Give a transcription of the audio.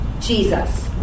Jesus